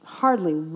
hardly